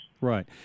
Right